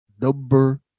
number